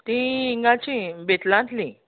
तीं हिंगाचीं बेट्लातलीं